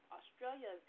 Australia